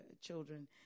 children